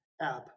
app